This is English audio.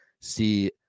see